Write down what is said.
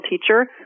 teacher